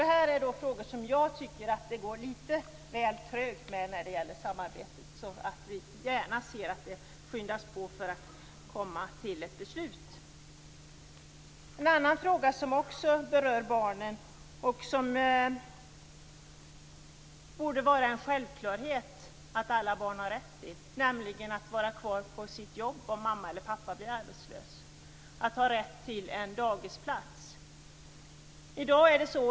Detta är frågor som jag tycker att det går lite väl trögt med när det gäller samarbetet. Vi ser gärna att det skyndas på så att det kan fattas beslut. En annan fråga som också berör barnen och som borde vara en självklar rättighet, nämligen att de får vara kvar på sina jobb om mamma eller pappa blir arbetslös, att ha rätt till en dagisplats.